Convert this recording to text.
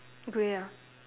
grey ah